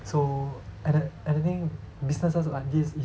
so and I and I think businesses like this is